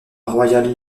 royale